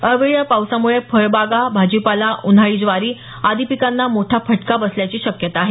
अवेळी या पावसामुळे फळबागा भाजीपाला उन्हाळी ज्वारी आदी पिकांना मोठा फटका बसल्याची शक्यता आहे